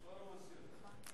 פורום הנשיאות.